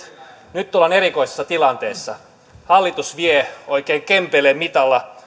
nyt ollaan erikoisessa tilanteessa hallitus vie oikein kempeleen mitalla